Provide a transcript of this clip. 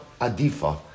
adifa